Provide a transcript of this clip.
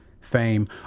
fame